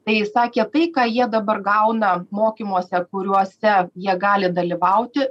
tai sakė tai ką jie dabar gauna mokymuose kuriuose jie gali dalyvauti